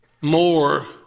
More